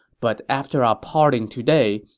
but after our parting today,